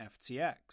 FTX